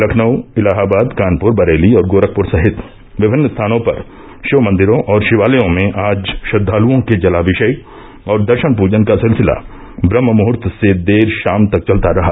लखनऊ इलाहाबाद कानपुर बरेली और गोरखपुर सहित विभिन्न स्थानों पर षिव मंदिरों और षिवालयों में आज श्रद्वालुओं के जलाभिशेक और दर्षन पूजन का सिलसिला ब्रम्हमुहूर्त से देर षाम तक चलता रहा